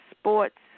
sports